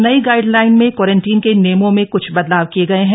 नई गाइडलाइन में क्वारंटीन के नियमों में कुछ बदलाव किये गए हैं